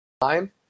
time